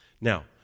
Now